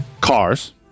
Cars